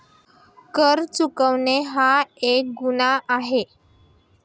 कर चुकवणे हा एक गुन्हा आहे